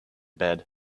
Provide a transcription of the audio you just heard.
bed